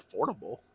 affordable